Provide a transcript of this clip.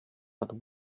but